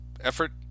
effort